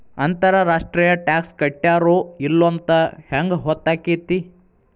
ಅಂತರ್ ರಾಷ್ಟ್ರೇಯ ಟಾಕ್ಸ್ ಕಟ್ಟ್ಯಾರೋ ಇಲ್ಲೊಂತ್ ಹೆಂಗ್ ಹೊತ್ತಾಕ್ಕೇತಿ?